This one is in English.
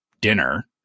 dinner